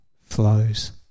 flows